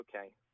Okay